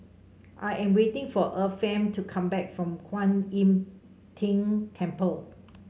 I am waiting for Efrem to come back from Kuan Im Tng Temple